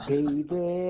Baby